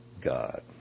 God